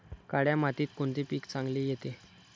काळ्या मातीत कोणते पीक चांगले येते?